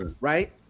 right